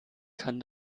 kann